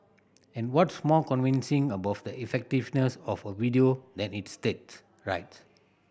and what's more convincing about the effectiveness of a video than its stats right